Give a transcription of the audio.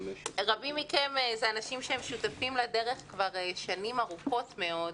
רבים מכם אנשים שהם שותפים לדרך כבר שנים ארוכות מאוד.